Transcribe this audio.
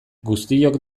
guztiok